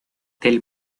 del